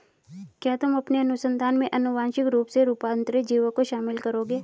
क्या तुम अपने अनुसंधान में आनुवांशिक रूप से रूपांतरित जीवों को शामिल करोगे?